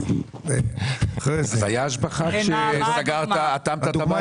אז היה השבחה כשאטמת את הבית?